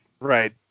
Right